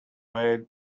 way